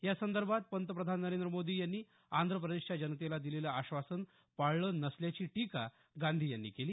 या संदर्भात पंतप्रधान नरेंद्र मोदी यांनी आंध्र प्रदेशच्या जनतेला दिलेलं आश्वासन पाळलं नसल्याची टीका गांधी यांनी केली